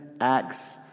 acts